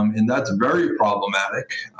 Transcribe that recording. um and that's very problematic.